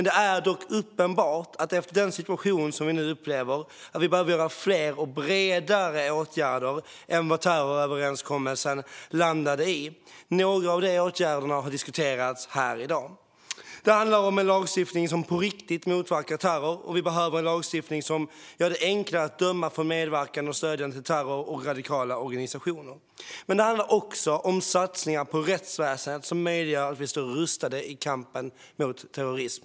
Det är dock uppenbart att vi efter den situation som vi nu upplever behöver vidta fler och bredare åtgärder än vad terroröverenskommelsen landade i. Några av de åtgärderna har diskuterats här i dag. Det handlar en lagstiftning som på riktigt motverkar terror, och vi behöver en lagstiftning som gör det enklare att döma för medverkan i och stöd till terror och radikala organisationer. Men det handlar också om satsningar på rättsväsendet som möjliggör att vi står rustade i kampen mot terrorism.